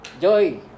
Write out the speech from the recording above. joy